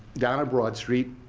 down at broad street,